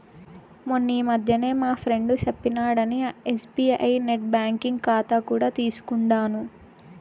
మొన్నీ మధ్యనే మా ఫ్రెండు సెప్పినాడని ఎస్బీఐ నెట్ బ్యాంకింగ్ కాతా కూడా తీసుకుండాను